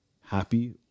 happy